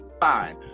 fine